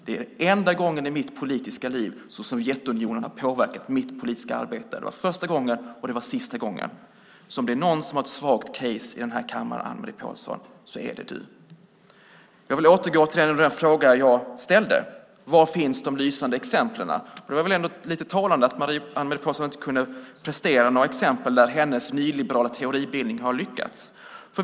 Det är den enda gången i mitt politiska liv som Sovjetunionen har påverkat mitt politiska arbete - alltså både första och sista gången - så om det är någon i denna kammare, Anne-Marie Pålsson, som har ett svagt case är det du. Jag vill återgå till min fråga om var de lysande exemplen finns. Det är ändå lite talande att Anne-Marie Pålsson inte kunde prestera några exempel på att hennes nyliberala teoribildning har lyckats.